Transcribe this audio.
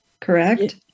correct